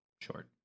short